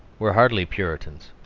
were hardly puritans.